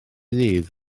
ddydd